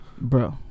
Bro